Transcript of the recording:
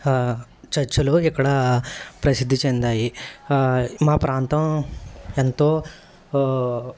చర్చిలు ఇక్కడ ప్రసిద్ధి చెందాయి మా ప్రాంతం ఎంతో